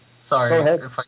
Sorry